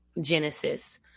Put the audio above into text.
genesis